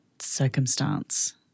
circumstance